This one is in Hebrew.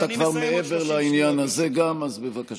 ואתה כבר גם מעבר לעניין הזה, אז בבקשה.